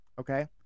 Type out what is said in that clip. Okay